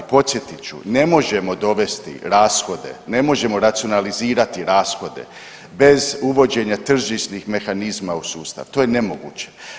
Podsjetit ću, ne možemo dovesti rashode, ne možemo racionalizirati rashode bez uvođenja tržišnih mehanizma u sustav, to je nemoguće.